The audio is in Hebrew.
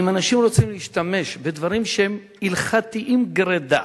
אם אנשים רוצים להשתמש בדברים שהם הלכתיים גרידא,